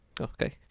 okay